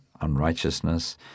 unrighteousness